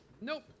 Nope